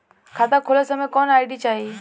खाता खोलत समय कौन आई.डी चाही?